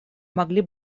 могли